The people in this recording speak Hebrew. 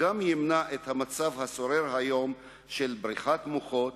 גם ימנע את המצב השורר היום של בריחת מוחות,